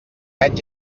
set